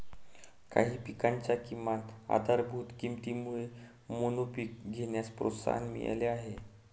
काही पिकांच्या किमान आधारभूत किमतीमुळे मोनोपीक घेण्यास प्रोत्साहन मिळाले आहे